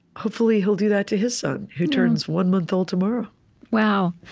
hopefully he'll do that to his son, who turns one month old tomorrow wow.